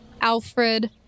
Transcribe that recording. Alfred